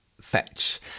Fetch